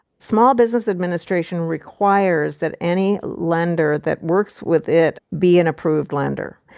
small business administration requires that any lender that works with it be an approved lender.